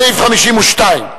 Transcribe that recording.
סעיף 52,